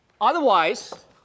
Otherwise